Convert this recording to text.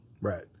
Right